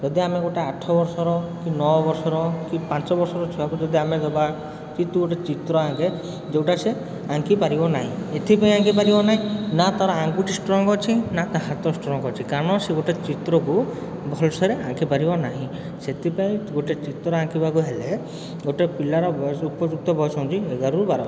ଯଦି ଆମେ ଗୋଟେ ଆଠ ବର୍ଷର କି ନଅ ବର୍ଷର କି ପାଞ୍ଚ ବର୍ଷର ଛୁଆଙ୍କୁ ଯଦି ଆମେ ନେବା କି ତୁ ଗୋଟେ ଚିତ୍ର ଆଙ୍କେ ଯେଉଁଟା ସେ ଆଙ୍କି ପାରିବ ନାହିଁ ଏଥିପାଇଁ ଆଙ୍କି ପାରିବ ନାହିଁ ନା ତାର ଆଙ୍ଗୁଠି ଷ୍ଟ୍ରଙ୍ଗ ଅଛି ନା ତା' ହାତ ଷ୍ଟ୍ରଙ୍ଗ ଅଛି କାରଣ ସେ ଗୋଟେ ଚିତ୍ରକୁ ଭଲସେରେ ଆଙ୍କି ପାରିବ ନାହିଁ ସେଥିପାଇଁ ଗୋଟେ ଚିତ୍ର ଅଙ୍କିବାକୁ ହେଲେ ଗୋଟେ ପିଲାର ବୟସ ଉପଯୁକ୍ତ ବୟସ ହେଉଛି ଏଗାରରୁ ବାରବର୍ଷ